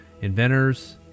Inventors